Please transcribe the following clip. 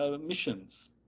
missions